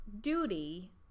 duty